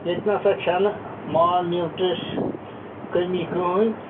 ییٚتہِ نَہ سا چھَنہٕ مالنیوٗٹرِش کٔمی کٕہۭنۍ